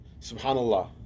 Subhanallah